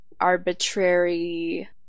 arbitrary